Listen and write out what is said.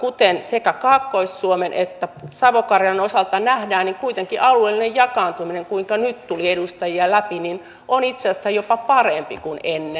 kuten sekä kaakkois suomen että savo karjalan osalta nähdään niin kuitenkin alueellinen jakaantuminen kuinka nyt tuli edustajia läpi on itse asiassa jopa parempi kuin ennen